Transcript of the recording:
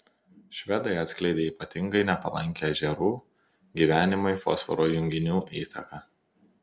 švedai atskleidė ypatingai nepalankią ežerų gyvenimui fosforo junginių įtaką